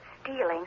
stealing